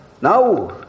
now